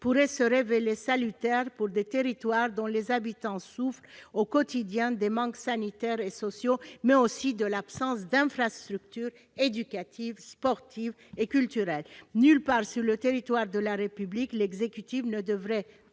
pourrait se révéler salutaire pour des territoires dont les habitants souffrent au quotidien des manques sanitaires et sociaux, mais aussi de l'absence d'infrastructures éducatives, sportives et culturelles. Nulle part sur le territoire de la République l'exécutif ne devrait